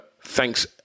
Thanks